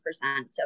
percent